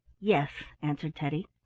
yes, answered teddy,